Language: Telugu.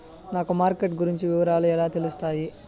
నాకు మార్కెట్ గురించి వివరాలు ఎలా తెలుస్తాయి?